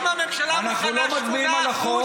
אם הממשלה מוכנה 8% אנחנו לא מצביעים על החוק,